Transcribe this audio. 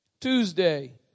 Tuesday